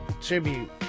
tribute